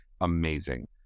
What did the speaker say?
amazing